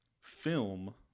film